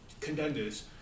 contenders